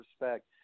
respect